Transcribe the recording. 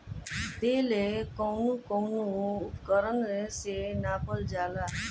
तेल कउन कउन उपकरण से नापल जाला?